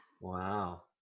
Wow